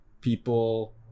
people